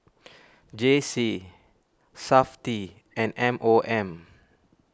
J C SAFTI and M O M